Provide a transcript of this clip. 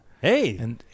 Hey